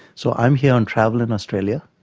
so i'm here on travel in australia,